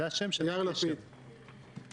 יאיר לפיד, בבקשה.